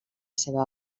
seva